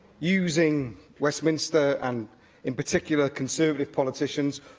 using westminster, and in particular conservative politicians,